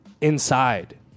inside